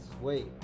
wait